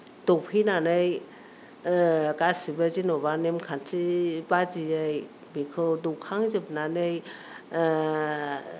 दौफैनानै गासैबो जेनेबा नेमखान्थि बादियै बेखौ दौखांजोबनानै